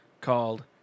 called